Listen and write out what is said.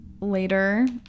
later